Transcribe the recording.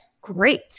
Great